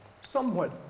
somewhat